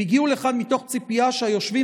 הם הגיעו לכאן מתוך ציפייה שהיושבים